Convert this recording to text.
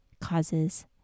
causes